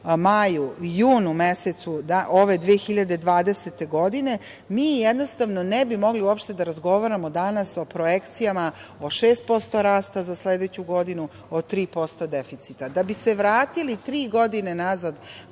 maju, junu mesecu ove 2020. godine, mi jednostavno ne bi mogli uopšte da razgovaramo danas o projekcijama od 6% rasta za sledeću godinu, o 3% deficita, da bi se vratili tri godine unazad